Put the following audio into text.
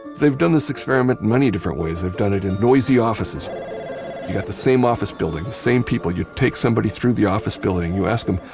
they've done this experiment many different ways. they've done it in noisy offices. you got the same office building, the same people. you take somebody through the office building, you ask them,